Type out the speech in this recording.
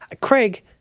Craig